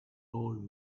old